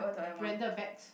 branded bags